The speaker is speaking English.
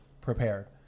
prepared